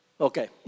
Okay